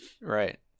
right